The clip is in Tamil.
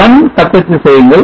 run தட்டச்சு செய்யுங்கள்